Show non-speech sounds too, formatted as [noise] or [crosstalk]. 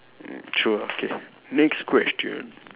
true ah okay [noise] next question